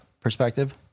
perspective